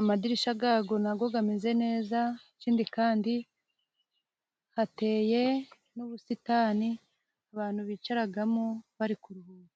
amadirisha gago nago gameze neza ikindi kandi hateye n'ubusitani abantu bicaragamo bari kuruhuka.